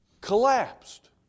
collapsed